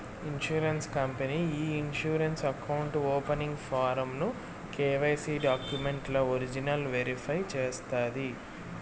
insurance company ఈ insurance account opening form ను KYC డాక్యుమెంట్లు ఒరిజినల్ వెరిఫై చేస్తాది